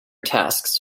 tasks